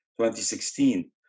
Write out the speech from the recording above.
2016